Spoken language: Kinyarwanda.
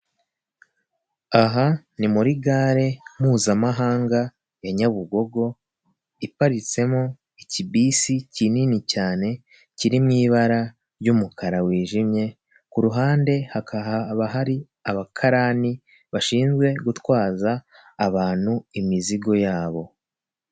Inyandiko ibaza umusoro ku nyungu z'ubukode ni iki? umusoro ku nyungu z'ubukode ni umusoro ucibwa ku nyungu umuntu ku giti cye cyangwa undi muntu wese utishyura umusoro ku nyungu z'amasosiyete abona ziturutse ku bukode bw'umutungo utimukanwa uri mu Rwanda hakaba hasi hariho imyirondoro wabonaho abashinzwe imisoro namahoro mu Rwanda.